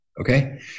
Okay